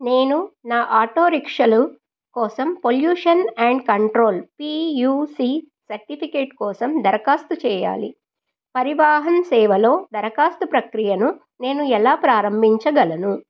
నేను నా ఆటో రిక్షాలు కోసం pollution and control PUC certificate కోసం దరఖాస్తు చేయాలి పరివాహన్ సేవలో దరఖాస్తు ప్రక్రియను నేను ఎలా ప్రారంభించగలను